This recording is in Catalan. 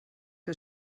que